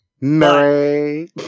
Mary